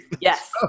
Yes